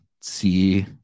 see